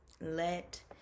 let